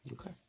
Okay